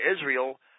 Israel